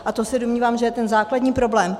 A to se domnívám, že je základní problém.